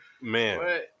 man